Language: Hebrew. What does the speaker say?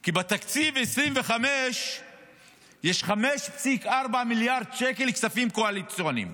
כי בתקציב 2025 יש 5.4 מיליארד שקל כספים קואליציוניים,